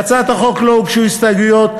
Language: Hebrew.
להצעת החוק לא הוגשו הסתייגויות,